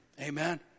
Amen